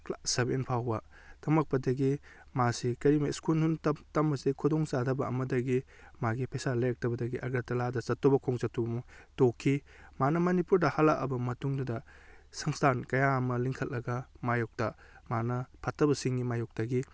class seven ꯐꯥꯎꯕ ꯇꯃꯛꯄꯗꯒꯤ ꯃꯥꯁꯤ ꯀꯔꯤꯒꯨꯝꯕ ꯁ꯭ꯀꯨꯜ ꯇꯝꯕꯁꯤ ꯈꯨꯗꯣꯡ ꯆꯥꯗꯕ ꯑꯃꯗꯒꯤ ꯃꯥꯒꯤ ꯄꯩꯁꯥ ꯂꯩꯔꯛꯇꯕꯗꯒꯤ ꯑꯒꯔꯇꯂꯥꯗ ꯆꯠꯇꯧꯕ ꯈꯣꯡꯆꯠꯇꯨ ꯑꯃꯨꯛ ꯇꯣꯛꯈꯤ ꯃꯥꯅ ꯃꯅꯤꯄꯨꯔꯗ ꯍꯜꯂꯛꯑꯕ ꯃꯇꯨꯡꯗꯨꯗ ꯁꯪꯁꯇꯥꯟ ꯀꯌꯥ ꯑꯃ ꯂꯤꯡꯈꯠꯂꯒ ꯃꯥꯏꯌꯣꯛꯇ ꯃꯥꯅ ꯐꯠꯇꯕꯁꯤꯡꯒꯤ ꯃꯥꯏꯌꯣꯛꯇꯒꯤ